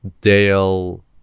Dale